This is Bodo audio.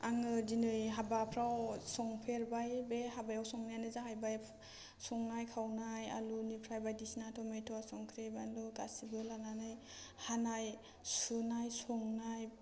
आङो दिनै हाबाफ्राव संफेरबाय बे हाबायाव संनायानो जाहैबाय संनाय खावनाय आलुनिफ्राय बायदिसिना टमेट' संख्रि बानलु गासैबो लानानै हानाय सुनाय संनाय